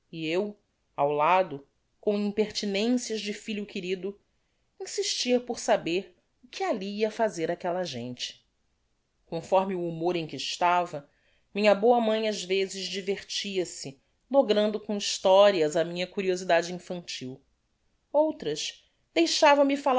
e eu ao lado com impertinencias de filho querido insistia por saber o que alli ia fazer aquella gente conforme o humor em que estava minha boa mãe ás vezes divertia-se logrando com historias a minha curiosidade infantil outras deixava-me